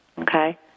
okay